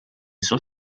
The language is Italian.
sul